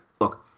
Look